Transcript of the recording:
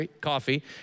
coffee